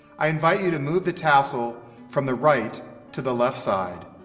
i invite you to move the tassel from the right to the left side,